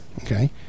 okay